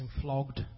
flogged